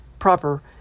proper